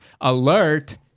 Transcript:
Alert